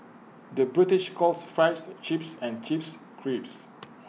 the British calls Fries Chips and Chips Crisps